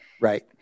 Right